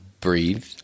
breathe